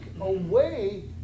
away